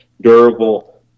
durable